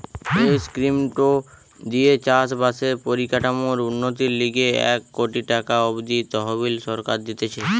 এই স্কিমটো দিয়ে চাষ বাসের পরিকাঠামোর উন্নতির লিগে এক কোটি টাকা অব্দি তহবিল সরকার দিতেছে